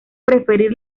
preferir